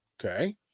Okay